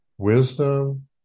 Wisdom